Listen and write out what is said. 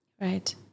Right